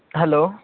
hello